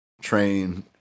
train